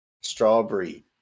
strawberry